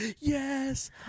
yes